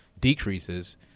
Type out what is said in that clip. decreases